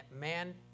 man